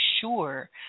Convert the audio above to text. sure